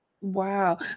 Wow